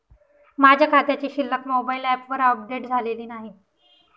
माझ्या खात्याची शिल्लक मोबाइल ॲपवर अपडेट झालेली नाही